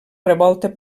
revolta